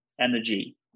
energy